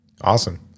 Awesome